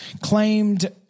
claimed